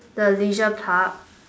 the leisure park